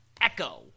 Echo